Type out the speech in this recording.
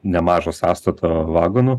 nemažo sąstato vagonų